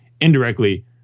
indirectly